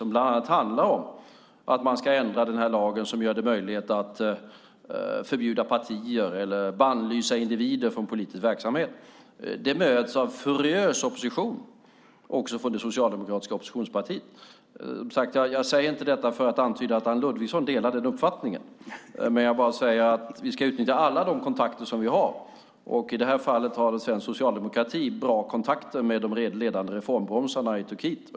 Det handlar bland annat om att man ska ändra lagen som gör det möjligt att förbjuda partier eller bannlysa individer från politisk verksamhet. Det möts av furiös opposition, också från det socialdemokratiska oppositionspartiet. Jag säger inte detta för att antyda att Anne Ludvigsson delar den uppfattningen. Men vi ska utnyttja alla de kontakter som vi har. I det här fallet har svensk socialdemokrati bra kontakter med de ledande reformbromsarna i Turkiet.